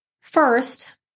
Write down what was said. first